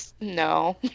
No